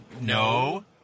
no